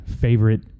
favorite